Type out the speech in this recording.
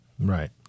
Right